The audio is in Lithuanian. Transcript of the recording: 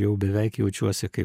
jau beveik jaučiuosi kaip